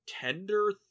tender